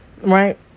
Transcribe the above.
Right